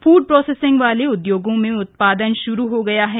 food processing वाले उद्योगों में उत्पादन श्रू हो गया है